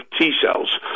T-cells